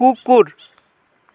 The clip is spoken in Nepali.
कुकुर